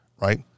right